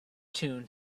tune